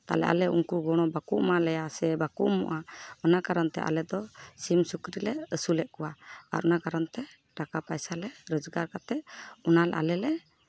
ᱛᱟᱦᱚᱞᱮ ᱟᱞᱮ ᱩᱱᱠᱩ ᱜᱚᱲᱚ ᱵᱟᱠᱚ ᱮᱢᱟᱞᱮᱭᱟ ᱥᱮ ᱵᱟᱠᱚ ᱮᱢᱚᱜᱼᱟ ᱚᱱᱟ ᱠᱟᱨᱚᱱ ᱛᱮ ᱟᱞᱮ ᱫᱚ ᱥᱤᱢ ᱥᱩᱠᱨᱤ ᱞᱮ ᱟᱹᱥᱩᱞᱮᱫ ᱠᱚᱣᱟ ᱟᱨ ᱚᱱᱟ ᱠᱟᱨᱚᱱᱛᱮ ᱴᱟᱠᱟ ᱯᱟᱭᱥᱟ ᱞᱮ ᱨᱚᱡᱽᱜᱟᱨ ᱠᱟᱛᱮᱫ ᱚᱱᱟ ᱟᱞᱮ ᱞᱮ